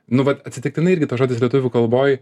nu vat atsitiktinai irgi tas žodis lietuvių kalboj